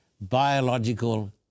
biological